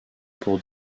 pour